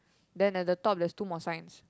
then at the top there's two more signs